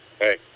hey